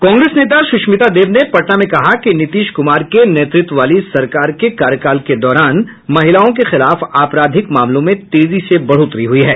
कांग्रेस नेता सुष्मिता देव ने पटना में कहा कि नीतीश कुमार के नेतृत्व वाली सरकार के कार्यकाल के दौरान महिलाओं के खिलाफ आपराधिक मामलों में तेजी से बढ़ोतरी हुई है